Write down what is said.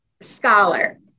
scholar